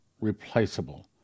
replaceable